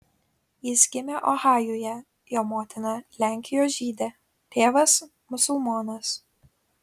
jis gimė ohajuje jo motina lenkijos žydė tėvas musulmonas